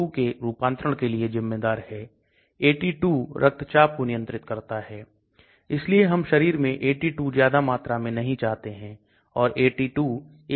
pKa pKa विघटन नियतांक के अलावा और कुछ नहीं है pKa कार्यशील समूह द्वारा भी निर्धारित किया जाता है किस प्रकार का आयनिक समूह मौजूद है क्रिस्टल ऊर्जा जो क्रिस्टल stacking गलनांक है यह सभी घुलनशीलता को प्रभावित करते हैं